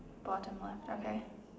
bottom left okay